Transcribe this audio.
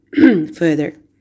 further